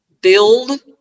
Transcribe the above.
build